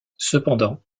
cependant